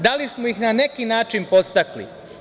Da li smo ih na neki način podstakli?